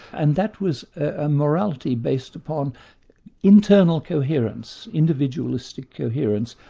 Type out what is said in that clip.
and that was a morality based upon internal coherence, individualistic coherence,